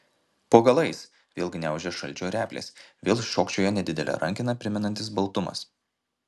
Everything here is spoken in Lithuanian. po galais vėl gniaužia šalčio replės vėl šokčioja nedidelę rankeną primenantis baltumas